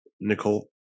Nicole